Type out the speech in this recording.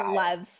love